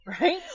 Right